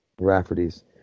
Rafferty's